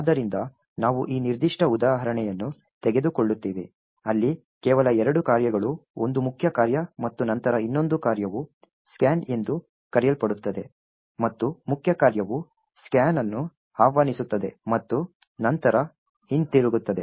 ಆದ್ದರಿಂದ ನಾವು ಈ ನಿರ್ದಿಷ್ಟ ಉದಾಹರಣೆಯನ್ನು ತೆಗೆದುಕೊಳ್ಳುತ್ತೇವೆ ಅಲ್ಲಿ ಕೇವಲ ಎರಡು ಕಾರ್ಯಗಳು ಒಂದು ಮುಖ್ಯ ಕಾರ್ಯ ಮತ್ತು ನಂತರ ಇನ್ನೊಂದು ಕಾರ್ಯವು ಸ್ಕ್ಯಾನ್ ಎಂದು ಕರೆಯಲ್ಪಡುತ್ತದೆ ಮತ್ತು ಮುಖ್ಯ ಕಾರ್ಯವು ಸ್ಕ್ಯಾನ್ ಅನ್ನು ಆಹ್ವಾನಿಸುತ್ತದೆ ಮತ್ತು ನಂತರ ಹಿಂತಿರುಗುತ್ತದೆ